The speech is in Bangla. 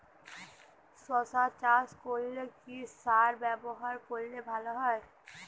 শশা চাষ করলে কি সার ব্যবহার করলে ভালো হয়?